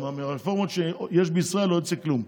מהרפורמות שיש בישראל לא יוצא כלום,